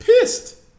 pissed